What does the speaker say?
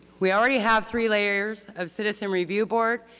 we already have three layers of citizen review board.